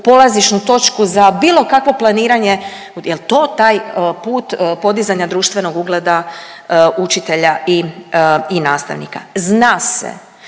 polazišnu točku za bilo kakvo planiranje, je li to taj put podizanja društvenog ugleda učitelja i nastavnika? Zna se